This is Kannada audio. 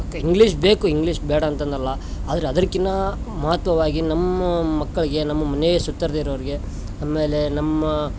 ಇಂಗ್ಲಿಷ್ ಬೇಕು ಇಂಗ್ಲಿಷ್ ಬೇಡಂತಾನ್ನಲ್ಲ ಆದರೆ ಅದರ್ಕಿನ್ನ ಮಹತ್ವವಾಗಿ ನಮ್ಮ ಮಕ್ಕಳಿಗೆ ನಮ್ಮ ಮನೆಯ ಸುತರ್ದು ಇರೋರಿಗೆ ಆಮೇಲೆ ನಮ್ಮ